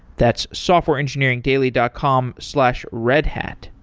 that's softwareengineeringdaily dot com slash redhat.